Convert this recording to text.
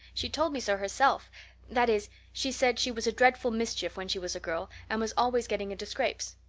she told me so herself that is, she said she was a dreadful mischief when she was a girl and was always getting into scrapes.